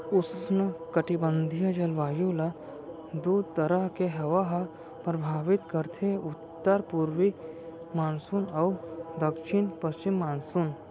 उस्नकटिबंधीय जलवायु ल दू तरह के हवा ह परभावित करथे उत्तर पूरवी मानसून अउ दक्छिन पस्चिम मानसून